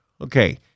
Okay